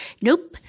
Nope